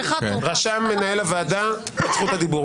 רשם מנהל הוועדה את זכות הדיבור.